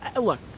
look